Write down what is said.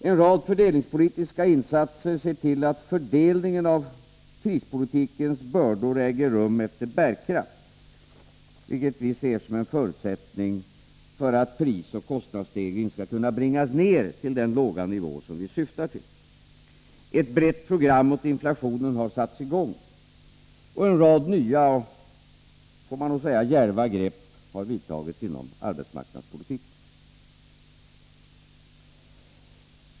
En rad fördelningspolitiska insatser ser till att fördelningen av krispolitikens bördor äger rum efter bärkraft, vilket vi ser som en förutsättning för att prisoch kostnadsstegringarna skall kunna bringas ner till den låga nivå som vi syftar till. Ett brett program mot inflationen har satts i gång, och en rad nya och, får man nog säga, djärva grepp har tagits inom arbetsmarknadspolitiken.